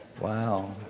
Wow